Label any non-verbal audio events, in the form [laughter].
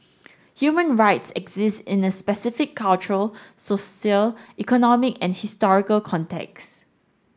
human rights exist in the specific cultural [unintelligible] economic and historical contexts